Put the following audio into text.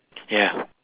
ya